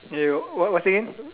ya what what say again